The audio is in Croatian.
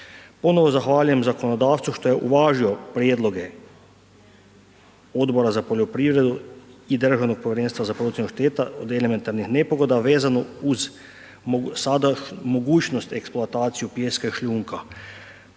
Ponovno zahvaljujem zakonodavstvu što je uvažilo prijedloge Odbora za poljoprivredu i Državnog povjerenstva za procjenu šteta od elementarnih nepogoda a vezano uz sada mogućnost eksploatacije pijeska i šljunka.